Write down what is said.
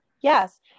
yes